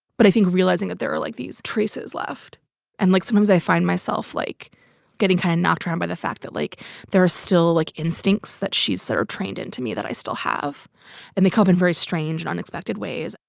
but i think realizing that there are like these traces left and like sometimes i find myself like getting high and not turned by the fact that like there are still like instincts that she's sort of trained into me that i still have and they cope in very strange and unexpected ways.